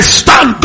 stand